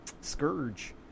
Scourge